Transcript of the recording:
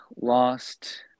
lost